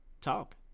talk